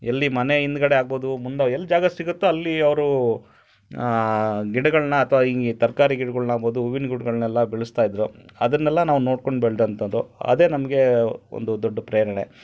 ಎಲ್ಲಿ ಮನೆ ಹಿಂದ್ಗಡೆ ಆಗ್ಬೋದು ಮುಂದೆ ಎಲ್ಲಿ ಜಾಗ ಸಿಗುತ್ತೋ ಅಲ್ಲಿ ಅವರು ಗಿಡಗಳನ್ನ ಅಥವಾ ಈ ತರಕಾರಿ ಗಿಡ್ಗಳ್ನ ಆಗ್ಬೋದು ಹೂವಿನ್ ಗಿಡ್ಗಳ್ನೆಲ್ಲ ಬೆಳೆಸ್ತಾ ಇದ್ದರು ಅದನ್ನೆಲ್ಲ ನಾವು ನೋಡ್ಕೊಂಡು ಬೆಳ್ದ ಅಂಥದ್ದು ಅದೇ ನಮಗೆ ಒಂದು ದೊಡ್ಡ ಪ್ರೇರಣೆ